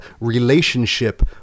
relationship